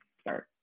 start